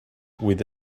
with